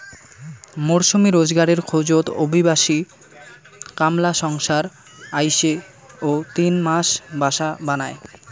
মরসুমী রোজগারের খোঁজত অভিবাসী কামলা সংসার আইসে ও তিন মাস বাসা বানায়